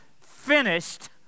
finished